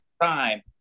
time